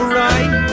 right